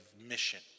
mission